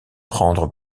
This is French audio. prendre